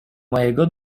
mojego